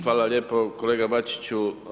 Hvala lijepo kolega Bačiću.